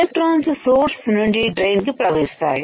electrons source నుండి drain కి ప్రవహిస్తాయి